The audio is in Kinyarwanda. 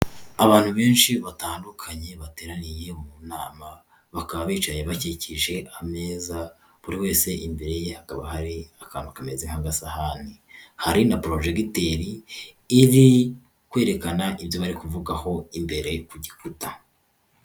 Abantu benshi batandukanye bateraniye mu nama bakaba bicaye bakikije ameza buri wese imbere ye hakaba hari akantu kameze nk'agasahani, hari na porojegiteri iri kwerekana ibyo bari kuvugaho imbere ku gikuta.